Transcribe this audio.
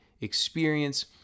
experience